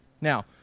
Now